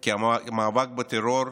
כי המאבק בטרור,